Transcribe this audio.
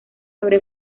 sobre